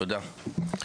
תודה.